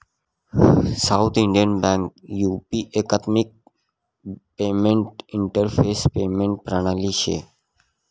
south Indian Bank U एकात्मिक payment interface payment प्रणाली शे